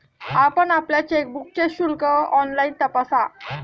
आपण आपल्या चेकबुकचे शुल्क ऑनलाइन तपासा